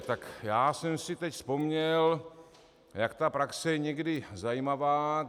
Tak já jsem si teď vzpomněl, jak ta praxe je někdy zajímavá.